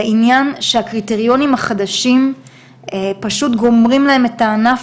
לעניין שהקריטריונים החדשים פשוט גומרים להם את הענף,